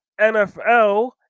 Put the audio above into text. NFL